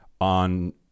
on